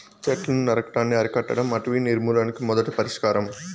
చెట్లను నరకటాన్ని అరికట్టడం అటవీ నిర్మూలనకు మొదటి పరిష్కారం